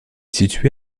situé